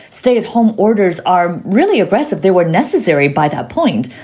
stay at home. orders are really aggressive. they were necessary by that point,